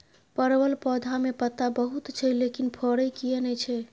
परवल पौधा में पत्ता बहुत छै लेकिन फरय किये नय छै?